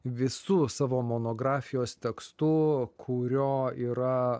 visu savo monografijos tekstu kurio yra